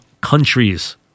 countries